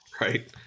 Right